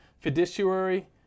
fiduciary